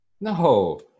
No